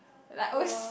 like always